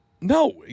no